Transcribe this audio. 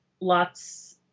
lots